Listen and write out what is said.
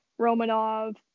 Romanov